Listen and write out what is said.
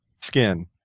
skin